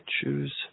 choose